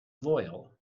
loyal